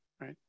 right